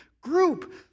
group